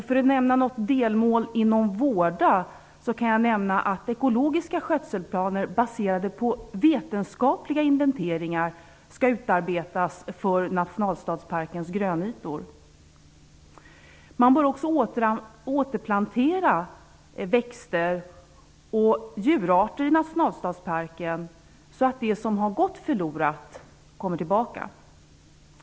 För att nämna något delmål när det gäller att vårda kan jag säga att ekologiska skötselplaner baserade på vetenskapliga inventeringar skall utarbetas för nationalstadsparkens grönytor. Man bör också återplantera växter och djurarter i nationalstadsparken så att det som har gått förlorat kommer tillbaka.